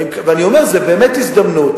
אני אומר, זאת באמת הזדמנות.